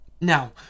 Now